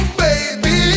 baby